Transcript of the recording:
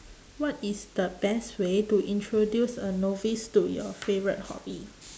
what is the best way to introduce a novice to your favourite hobby